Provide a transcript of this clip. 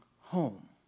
home